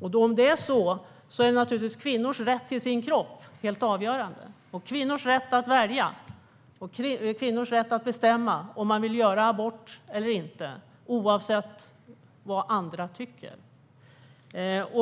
Om det är så är naturligtvis kvinnans rätt till sin kropp helt avgörande, liksom kvinnans rätt att välja och bestämma om hon vill göra abort eller inte, oavsett vad andra tycker.